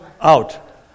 Out